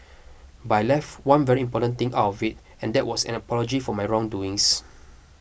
by left one very important thing out of it and that was an apology for my wrong doings